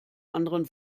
anderen